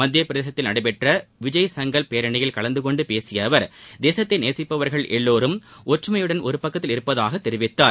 மத்தியப் பிரதேசத்தில் நடைபெற்ற விஜய் சங்கலப் பேரணியில் கலந்து கொண்டு பேசிய அவர் தேசத்தை நேசிப்பவர்கள் எல்லோரும் ஒற்றுமையுடன் ஒரு பக்கத்தில் இருப்பதாக தெரிவித்தார்